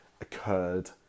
occurred